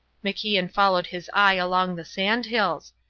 macian followed his eye along the sand-hills.